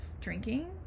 drinking